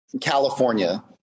California